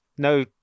No